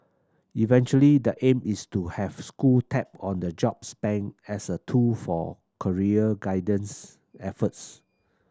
eventually the aim is to have school tap on the jobs bank as a tool for career guidance efforts